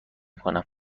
کنم